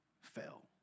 fell